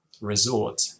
resort